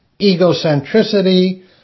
egocentricity